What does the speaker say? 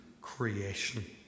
creation